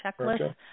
checklist